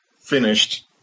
finished